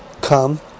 come